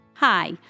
Hi